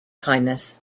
kindness